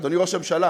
אדוני ראש הממשלה.